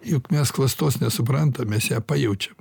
juk mes klastos nesuprantam mes ją pajaučiam